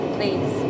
Please